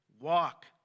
Walk